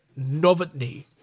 Novotny